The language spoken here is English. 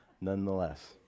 nonetheless